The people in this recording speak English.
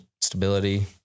stability